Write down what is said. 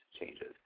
changes